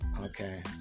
Okay